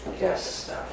Yes